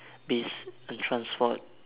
peace and transport